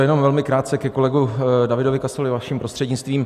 Jenom velmi krátce ke kolegovi Davidovi Kasalovi vaším prostřednictvím.